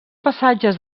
passatges